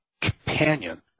companion